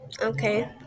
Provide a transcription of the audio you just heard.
Okay